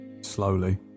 slowly